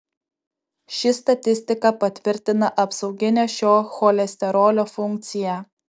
ši statistika patvirtina apsauginę šio cholesterolio funkciją